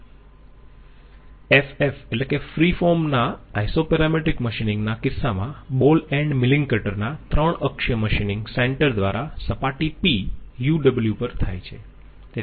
ff એટલે કે free form ના આઈસોપેરામેટ્રિક મશિનિંગ ના કિસ્સામાં બોલ એન્ડ મીલીંગ કટર ના 3 અક્ષીય મશીનીંગ સેન્ટર દ્વારા સપાટી P u w પર થાય છે